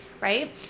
Right